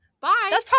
bye